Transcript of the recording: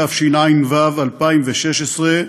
התשע"ו 2016,